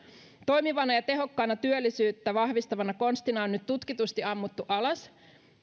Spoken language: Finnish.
toimivana ja tehokkaana työllisyyttä vahvistavana konstina on nyt tutkitusti ammuttu alas